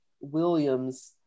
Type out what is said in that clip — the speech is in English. Williams